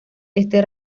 este